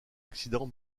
accident